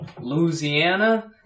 Louisiana